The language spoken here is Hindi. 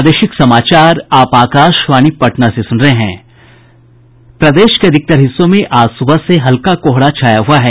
प्रदेश के अधिकतर हिस्सों में आज सुबह से हल्का कोहरा छाया हुआ है